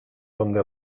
donde